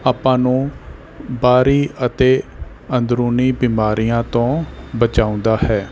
ਆਪਾਂ ਨੂੰ ਬਾਹਰੀ ਅਤੇ ਅੰਦਰੂਨੀ ਬਿਮਾਰੀਆਂ ਤੋਂ ਬਚਾਉਂਦਾ ਹੈ